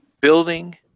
Building